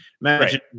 Imagine